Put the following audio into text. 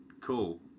Cool